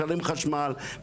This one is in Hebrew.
משלם חשמל,